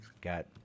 got